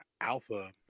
Alpha